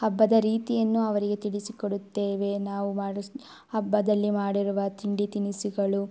ಹಬ್ಬದ ರೀತಿಯನ್ನು ಅವರಿಗೆ ತಿಳಿಸಿಕೊಡುತ್ತೇವೆ ನಾವು ಮಾಡಿಸು ಹಬ್ಬದಲ್ಲಿ ಮಾಡಿರುವ ತಿಂಡಿ ತಿನಿಸುಗಳು